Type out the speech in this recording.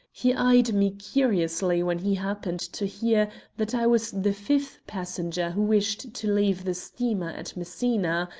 he eyed me curiously when he happened to hear that i was the fifth passenger who wished to leave the steamer at messina,